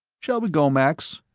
shall we go, max?